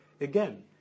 Again